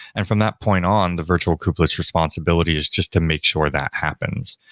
and from that point on, the virtual kubelet's responsibility is just to make sure that happens.